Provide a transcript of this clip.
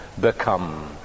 become